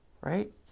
Right